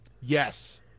yes